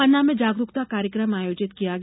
पन्ना में जागरुकता कार्यक्रम आयोजित किया गया